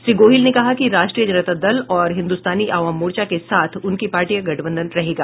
श्री गोहिल ने कहा कि राष्ट्रीय जनता दल और हिन्द्रस्तानी अवाम मार्चो के साथ उनकी पार्टी का गठबंधन रहेगा